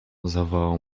zawołał